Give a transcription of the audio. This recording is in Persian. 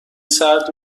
سرد